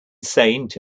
saint